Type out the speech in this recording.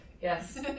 Yes